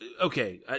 okay